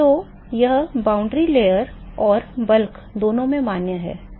तो यह समीकरण सीमा परत और थोक दोनों में मान्य है